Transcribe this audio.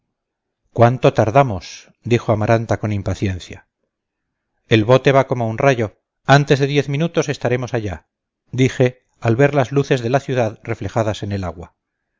cuánto tardamos dijo amaranta con impaciencia el bote va como un rayo antes de diez minutos estaremos allá dije al ver las luces de la ciudad reflejadas en el agua